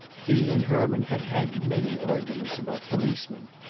he and herman had had many arguments about policemen.